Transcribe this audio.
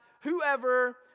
whoever